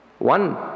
One